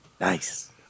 Nice